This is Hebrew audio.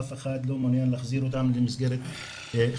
אף אחד לא מעוניין להחזיר אותם למסגרת חינוכית.